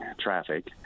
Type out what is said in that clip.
traffic